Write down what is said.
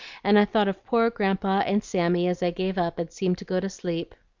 and i thought of poor grandpa and sammy as i gave up and seemed to go to sleep.